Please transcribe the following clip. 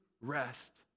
rest